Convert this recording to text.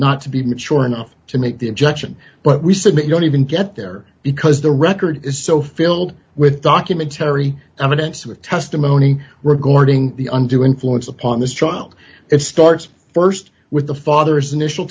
not to be mature enough to make the injection but we said that you don't even get there because the record is so filled with documentary evidence or testimony regarding the undue influence upon this trial it starts st with the father's initial